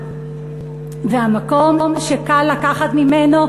והמקום שקל לקחת ממנו,